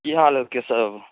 की हाल औ केशव